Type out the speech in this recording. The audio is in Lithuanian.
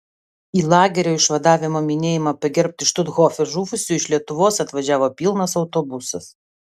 į lagerio išvadavimo minėjimą pagerbti štuthofe žuvusiųjų iš lietuvos atvažiavo pilnas autobusas